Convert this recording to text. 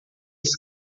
esse